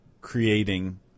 creating